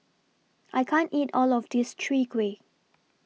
I can't eat All of This Chwee Kueh